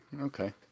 Okay